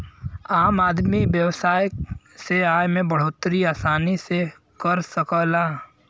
आम आदमी व्यवसाय से आय में बढ़ोतरी आसानी से कर सकला